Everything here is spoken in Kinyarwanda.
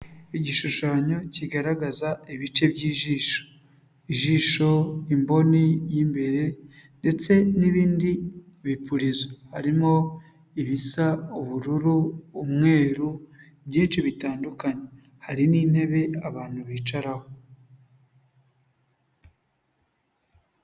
Igishushanyo kigaragaza ibice by'ijisho. ijisho, imboni y'imbere ndetse n'ibindi bipurizo. Harimo ibisa ubururu, umweru byinshi bitandukanye, hari n'intebe abantu bicaraho.